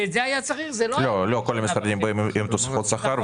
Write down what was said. לא כל המשרדים באים עם תוספות שכר.